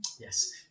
Yes